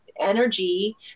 energy